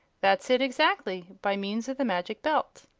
that's it, exactly by means of the magic belt.